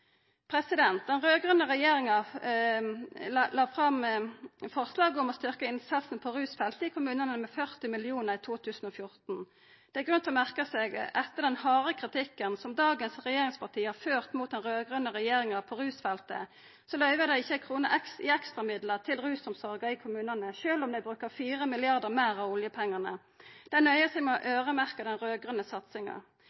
Den raud-grøne regjeringa la fram forslag om å styrkja innsatsen på rusfeltet i kommunane med 40 mill. kr i 2014. Det er grunn til å merka seg at etter den harde kritikken som dagens regjeringsparti har ført mot den raud-grøne regjeringa på rusfeltet, løyver dei ikkje ei krone i ekstramidlar til rusomsorga i kommunane, sjølv om dei brukar 4 mrd. kr meir av oljepengane. Dei nøyer seg med å